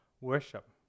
worship